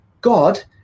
god